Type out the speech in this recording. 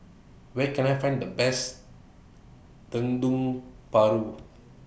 Where Can I Find The Best Dendeng Paru